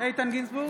איתן גינזבורג,